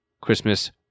Christmas